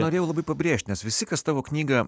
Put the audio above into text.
norėjau labai pabrėžt nes visi kas tavo knygą